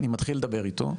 אני מתחיל לדבר אתם.